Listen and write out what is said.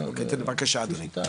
בבקשה, אדוני.